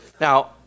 Now